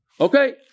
Okay